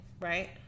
Right